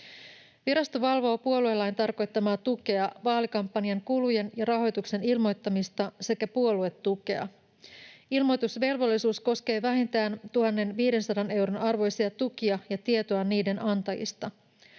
Virasto valvoo puoluelain tarkoittamaa tukea, vaalikampanjan kulujen ja rahoituksen ilmoittamista sekä puoluetukea. Ilmoitusvelvollisuus koskee vähintään 1 500 euron arvoisia tukia ja tietoa niiden antajista.